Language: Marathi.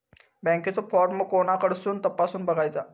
बँकेचो फार्म कोणाकडसून तपासूच बगायचा?